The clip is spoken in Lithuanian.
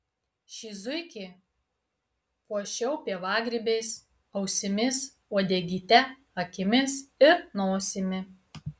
šį zuikį puošiau pievagrybiais ausimis uodegyte akimis ir nosimi